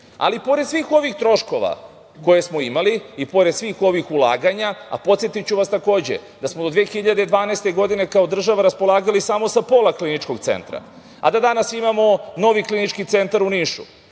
pored svih ovih troškova koje smo imali i pored svih ovih ulaganja, a podsetiću vas, takođe, da smo do 2012. godine kao država raspolagali samo sa pola kliničkog centra, a da danas imamo novi Klinički centar u Nišu,